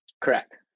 Correct